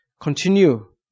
continue